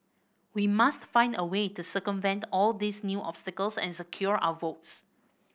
we must find a way to circumvent all these new obstacles and secure our votes